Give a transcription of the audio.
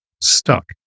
stuck